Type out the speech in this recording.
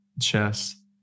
chess